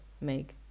make